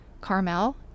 carmel